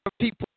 people